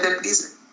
please